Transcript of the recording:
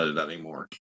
anymore